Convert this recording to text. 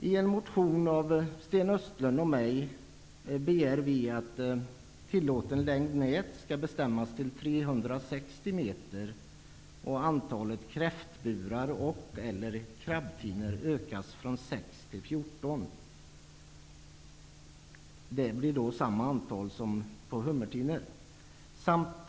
I en motion av Sten Östlund och mig begär vi att tillåten längd nät skall bestämmas till 360 meter och att antalet kräftburar och/eller krabbtinor ökas från 6 till 14. Det blir samma antal som gäller hummertinor.